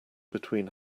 between